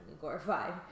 glorified